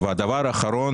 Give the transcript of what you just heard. לסיום,